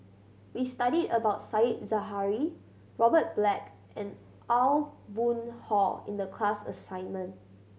we studied about Said Zahari Robert Black and Aw Boon Haw in the class assignment